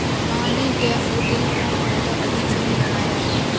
माँ ने डैफ़ोडिल का पौधा बगीचे में लगाया है